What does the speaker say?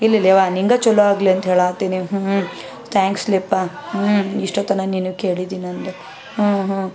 ಇಲ್ಲಿಲ್ಲೆವ್ವ ನಿಂಗೆ ಚಲೊ ಆಗಲಿ ಅಂತ ಹೇಳಹತ್ತೀನಿ ತ್ಯಾಂಕ್ಸ್ ಲೆಯಪ್ಪಾ ಇಷ್ಟು ಹೊತ್ತು ನಾನು ಏನು ಕೇಳಿದ್ದೀನಿ ಅಂದೆ ಹ್ಞೂ ಹ್ಞೂ